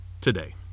today